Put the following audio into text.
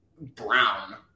Brown